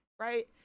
right